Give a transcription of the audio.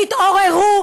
תתעוררו,